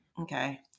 Okay